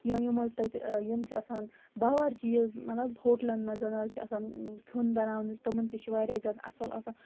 یا یِم حظ تَتہِ یِم چھِ آسان باوَرچیٖز مطلب ہوٹلَن منٛز حظ چھِ آسان کھیٚون بَناونٕکۍ تِم تِمن تہِ چھِ واریاہ زیادٕ اَصٕل آسان